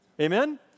Amen